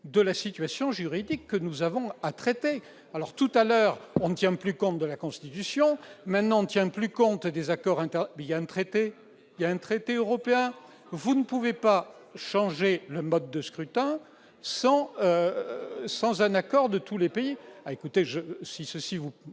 de la situation juridique que nous avons à traiter ... Précédemment, on ne tenait plus compte de la Constitution ; maintenant, on ne tient plus compte des accords internationaux. Il y a un traité européen ! Vous ne pouvez pas changer le mode de scrutin sans l'accord de tous les pays.